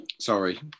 Sorry